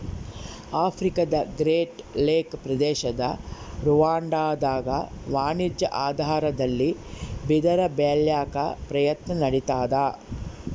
ಆಫ್ರಿಕಾದಗ್ರೇಟ್ ಲೇಕ್ ಪ್ರದೇಶದ ರುವಾಂಡಾದಾಗ ವಾಣಿಜ್ಯ ಆಧಾರದಲ್ಲಿ ಬಿದಿರ ಬೆಳ್ಯಾಕ ಪ್ರಯತ್ನ ನಡಿತಾದ